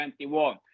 2021